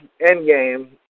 Endgame